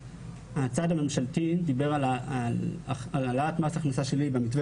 הצעד הממשלתי דיבר על העלאת מס הכנסה שלילי במתווה